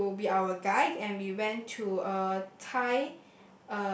to be our guide and we went to a Thai